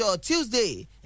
Tuesday